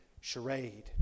charade